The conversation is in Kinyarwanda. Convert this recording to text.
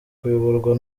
kuyoborwa